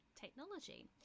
technology